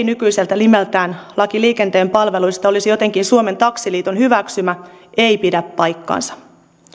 nykyiseltä nimeltään laki liikenteen palveluista olisi jotenkin suomen taksiliiton hyväksymä ei pidä paikkaansa